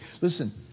Listen